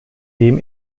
dem